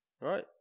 Right